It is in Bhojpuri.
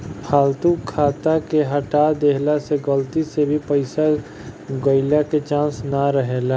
फालतू खाता के हटा देहला से गलती से भी पईसा गईला के चांस ना रहेला